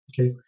okay